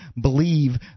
believe